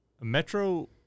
Metro